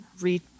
read